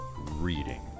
reading